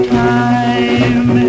time